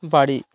বাড়ি